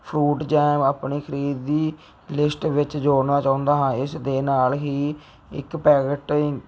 fruit jam ਅਪਣੀ ਖਰੀਦੀ list ਵਿੱਚ ਜੋੜਨਾ ਚਾਹੁੰਦਾ ਹਾਂ ਇਸ ਦੇ ਨਾਲ ਹੀ ਇੱਕ ਪੈਕੇਟ